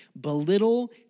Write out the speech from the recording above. belittle